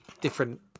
different